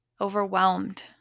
overwhelmed